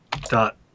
dot